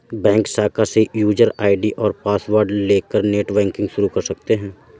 bank शाखा से user ID और पॉसवर्ड लेकर नेटबैंकिंग शुरू कर सकते है